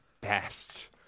best